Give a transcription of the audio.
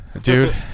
Dude